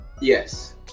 Yes